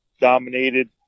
dominated